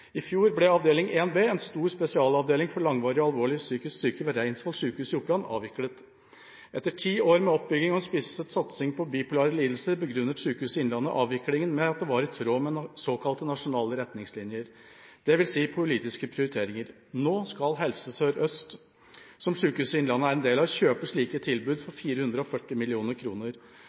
i Hedmark og i Oppland. I fjor ble avdeling 1B, en stor spesialavdeling for langvarige og alvorlig psykisk syke, ved Reinsvoll sykehus i Oppland, avviklet. Etter ti år med oppbygging av spisset satsing på bipolare lidelser begrunnet Sykehus Innlandet avviklingen med at det var i tråd med såkalte nasjonale retningslinjer, dvs. politiske prioriteringer. Nå skal Helse Sør-Øst – som Sykehuset Innlandet er en del av – kjøpe slike tilbud for 440